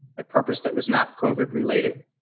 a purpose that was not covid-related,